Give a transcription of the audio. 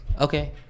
okay